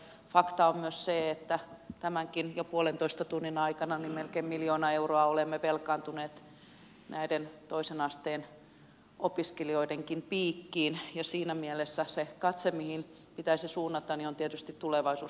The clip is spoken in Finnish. fakta on myös se että jo tämänkin puolentoista tunnin aikana melkein miljoona euroa olemme velkaantuneet näiden toisen asteen opiskelijoidenkin piikkiin ja siinä mielessä se mihin katse pitäisi suunnata on tietysti tulevaisuus